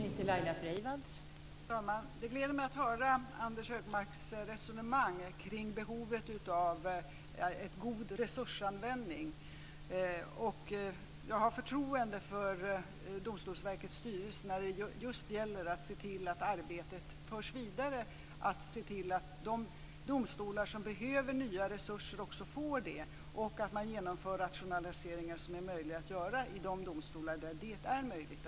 Fru talman! Det gläder mig att höra Anders Högmarks resonemang kring behovet av en god resursanvändning. Jag har förtroende för Domstolsverkets styrelse när det gäller att se till att arbetet förs vidare, att se till att de domstolar som behöver nya resurser också får det och att rationaliseringar genomförs i de domstolar där det är möjligt.